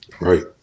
Right